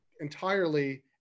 entirely